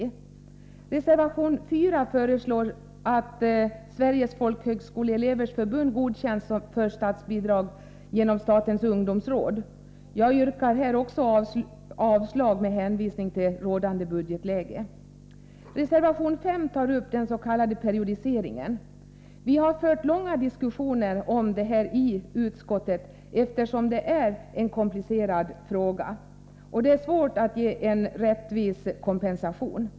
I reservation 4 föreslås att Sveriges Folkhögskoleelevers förbund godkänns för statsbidrag genom statens ungdomsråd. Jag yrkar här också avslag med hänvisning till rådande budgetläge. Reservation 5 tar upp den s.k. periodiseringen. Vi har fört långa diskussioner om detta i utskottet, eftersom det är en komplicerad fråga. Det är svårt att ge en rättvis kompensation.